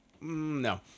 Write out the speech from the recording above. No